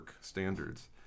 standards